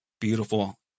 Beautiful